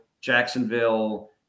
Jacksonville